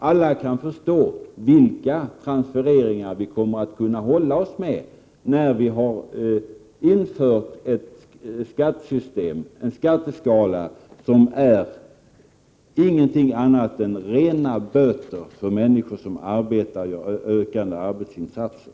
Alla kan förstå vilka transfereringar vi kommer att kunna genomföra när vi har infört en skatteskala som inte är någonting annat än rena böter för människor som ökar sina arbetsinsatser.